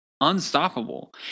unstoppable